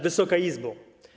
Wysoka Izbo!